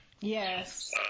Yes